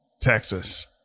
Texas